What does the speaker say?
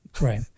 Right